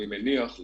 אני מניח,